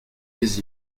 des